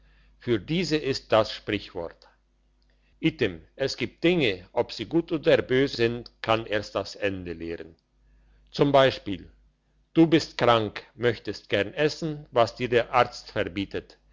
für diese ist das sprichwort item es gibt dinge ob sie gut oder bös sind kann erst das ende lehren z b du bist krank möchtest gern essen was dir der arzt verbietet